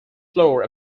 floor